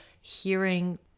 hearing